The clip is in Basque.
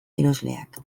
erosleak